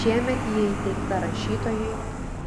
šiemet ji įteikta rašytojui